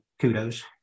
kudos